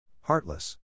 Heartless